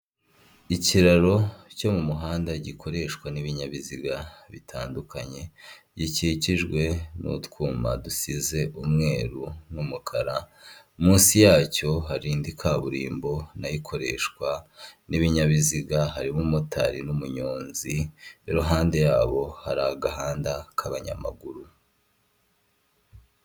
Ikiraro cyo mu muhanda gikoreshwa n'ibinyabiziga bitandukanye, gikikijwe n'utwuma dusize umweru n'umukara, munsi yacyo hari indi kaburimbo nayo ikoreshwa n'ibinyabiziga, harimo umumotari n'umuyonzi, iruhande yabo hari agahanda k'abanyamaguru.